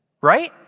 Right